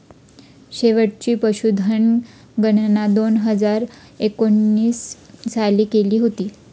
शेवटची पशुधन गणना दोन हजार एकोणीस साली केली होती